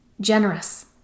generous